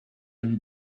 can